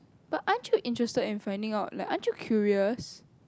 but aren't you interested in finding out like aren't you curious